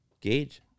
gauge